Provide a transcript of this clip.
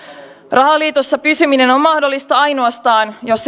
rahaliitossa pysyminen on mahdollista ainoastaan jos